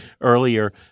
earlier